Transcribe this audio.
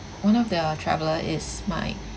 one of the traveller is my